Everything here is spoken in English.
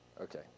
Okay